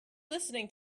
listening